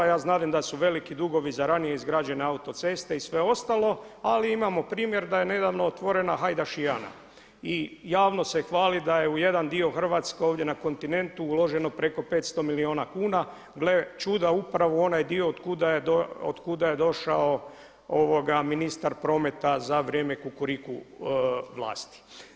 Ja znadem da su veliki dugovi za ranije izgrađene autoceste i sve ostalo, ali imamo primjer da je nedavno otvorena hajdašiana i javno se hvali da je u jedan dio Hrvatske ovdje na kontinentu uloženo preko 500 milijuna kuna, gle čuda upravo u onaj dio od kuda je došao ministar prometa za vrijeme Kukuriku vlasti.